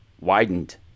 widened